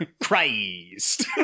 christ